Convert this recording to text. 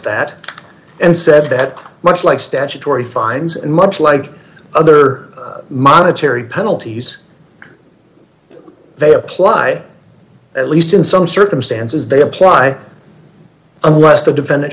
that and said that much like statutory fines and much like other monetary penalties they apply at least in some circumstances they apply unless the defend